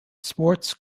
sports